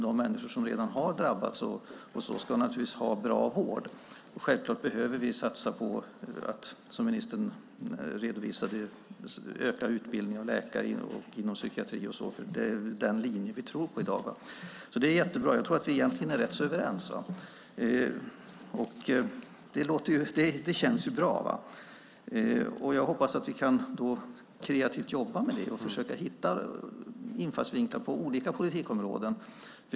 De människor som redan har drabbats ska naturligtvis ha bra vård. Självklart behöver vi satsa på att, som ministern redovisade, öka utbildningen av läkare inom psykiatri. Det är den linje vi tror på i dag. Jag tror att vi egentligen är rätt så överens. Det känns bra. Jag hoppas att vi kan jobba med detta kreativt och försöka hitta infallsvinklar på olika politikområden.